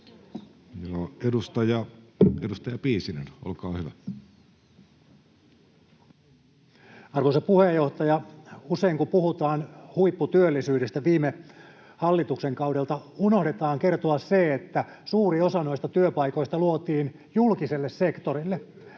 15:52 Content: Arvoisa puheenjohtaja! Usein kun puhutaan huipputyöllisyydestä viime hallituksen kaudelta, unohdetaan kertoa se, että suuri osa noista työpaikoista luotiin julkiselle sektorille.